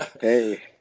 Hey